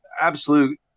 absolute